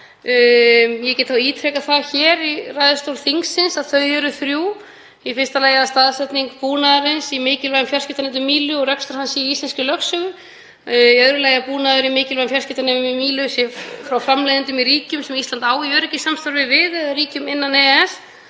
Ég get þá ítrekað hér í ræðustól þingsins að markmiðin eru þrjú: Í fyrsta lagi að staðsetning búnaðarins í mikilvægum fjarskiptanetum Mílu og rekstur hans sé í íslenskri lögsögu. Í öðru lagi að búnaður í mikilvægum fjarskiptanetum Mílu sé frá framleiðendum í ríkjum sem Ísland á í öryggissamstarfi við eða ríkjum innan EES,